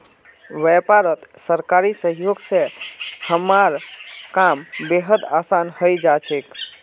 व्यापारत सरकारी सहयोग स हमारा काम बेहद आसान हइ जा छेक